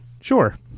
sure